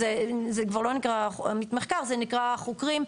זה כבר לא נקרא עמית מחקר זה נקרא חוקרים,